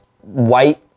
white